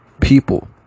people